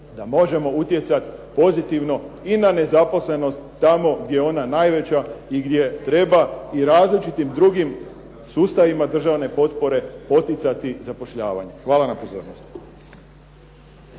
da možemo utjecati pozitivno i na nezaposlenost tamo gdje je ona najveća i gdje treba i različitim drugim sustavima državne potpore poticati na zapošljavanje. Hvala na pozornosti.